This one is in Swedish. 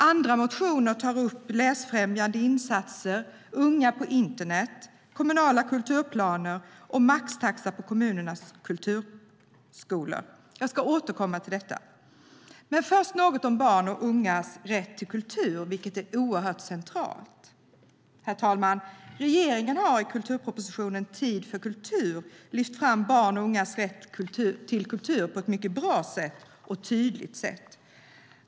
Andra motioner tar upp läsfrämjande insatser, unga på internet, kommunala kulturplaner och maxtaxa på kommunernas kulturskolor. Jag ska återkomma till detta. Men först något om barns och ungas rätt till kultur, vilket är oerhört centralt. Herr talman! Regeringen har i kulturpropositionen Tid för kultur lyft fram barns och ungas rätt till kultur på ett mycket bra och tydligt sätt.